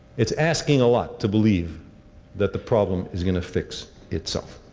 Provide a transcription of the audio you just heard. it's asking a lot to believe that the problem is going to fixed itself.